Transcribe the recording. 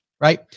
right